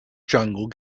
jungle